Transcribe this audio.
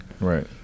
right